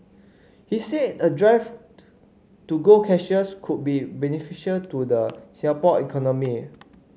he said a drive to go cashless could be beneficial to the Singapore economy